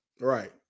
Right